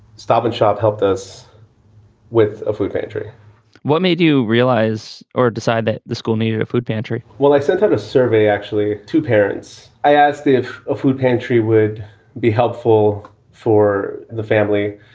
stopping shop helped us with food pantry what made you realize or decide that the school needed a food pantry? well, i sent out a survey, actually, to parents. i asked if a food pantry would be helpful for the family.